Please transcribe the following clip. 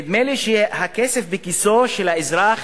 נדמה לי שהכסף בכיסו של האזרח